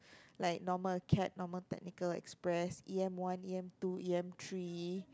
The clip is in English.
like Normal Acad Normal Technical Express Yam one Yam two Yam three